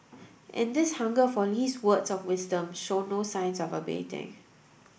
and this hunger for Lee's words of wisdom show no signs of abating